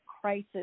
crisis